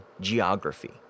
geography